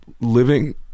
living